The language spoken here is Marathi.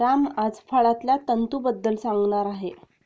राम आज फळांतल्या तंतूंबद्दल सांगणार आहे